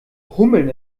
hummeln